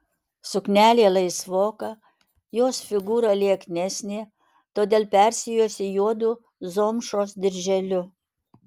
suknelė laisvoka jos figūra lieknesnė todėl persijuosė juodu zomšos dirželiu